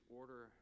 order